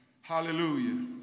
Hallelujah